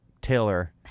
Taylor